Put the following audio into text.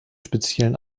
speziellen